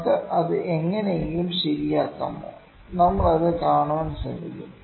നമുക്ക് അത് എങ്ങനെയെങ്കിലും ശരിയാക്കാമോ നമ്മൾ അത് കാണാൻ ശ്രമിക്കും